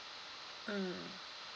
mm